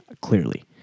clearly